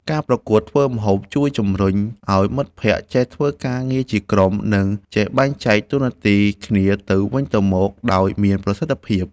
ការប្រកួតធ្វើម្ហូបជួយជំរុញឱ្យមិត្តភក្តិចេះធ្វើការងារជាក្រុម និងចេះបែងចែកតួនាទីគ្នាទៅវិញទៅមកដោយមានប្រសិទ្ធភាព។